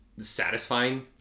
satisfying